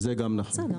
זה גם נכון.